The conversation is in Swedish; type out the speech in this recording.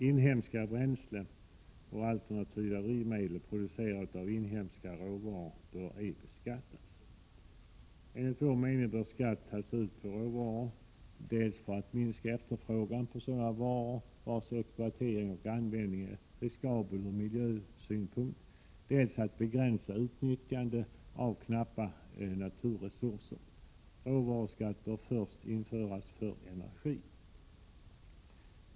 Inhemska bränslen och alternativa drivmedel producerade av inhemska råvaror bör ej beskattas. Enligt vår mening bör skatt tas ut på råvaror, dels för att minska efterfrågan på sådana råvaror vars exploatering och användning är riskabel ur miljösynpunkt, dels för att begränsa utnyttjandet av knappa naturresurser. Råvaruskatt bör först införas för energi.